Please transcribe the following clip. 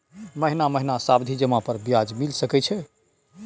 महीना महीना सावधि जमा पर ब्याज मिल सके छै?